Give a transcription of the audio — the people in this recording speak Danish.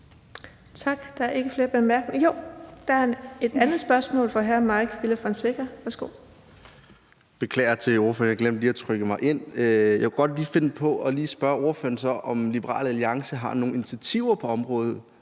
Tak. Der er ikke flere korte bemærkninger. Jo, det var der. Der er et andet spørgsmål fra hr. Mike Villa Fonseca. Værsgo. Kl. 16:11 Mike Villa Fonseca (UFG): Jeg beklager over for ordføreren. Jeg glemte lige at trykke mig ind. Jeg kunne godt lige finde på at spørge ordføreren, om Liberal Alliance har nogle initiativer på området,